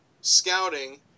scouting